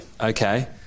okay